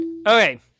Okay